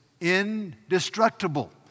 indestructible